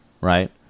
right